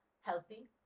healthy